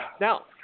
Now